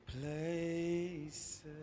places